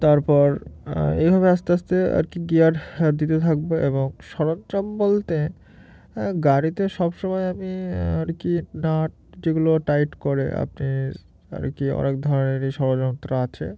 তারপর এইভাবে আস্তে আস্তে আর কি গিয়ার দিতে থাকব এবং সরঞ্জাম বলতে গাড়িতে সব সময় আমি আর কি নাট যেগুলো টাইট করে আপনি আর কি অনেক ধরনেরই ষড়যন্ত্র আছে